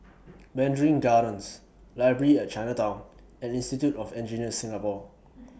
Mandarin Gardens Library At Chinatown and Institute of Engineers Singapore